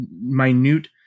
minute